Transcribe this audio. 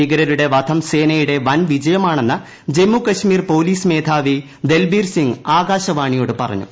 ഭീകരരുടെ വധം സേനയുടെ വൻ വിജയമാണെന്ന് ജമ്മുകാശ്മീർ പോലീസ് മേധാവി ദൽബിർ സിംഗ് ആകാശവാണിയോട് പറഞ്ഞു